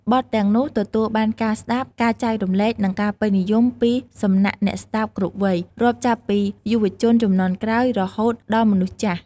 បទទាំងនោះទទួលបានការស្ដាប់ ការចែករំលែក និងការពេញនិយមពីសំណាក់អ្នកស្ដាប់គ្រប់វ័យ រាប់ចាប់ពីយុវជនជំនាន់ក្រោយរហូតដល់មនុស្សចាស់ ។